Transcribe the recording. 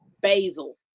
basil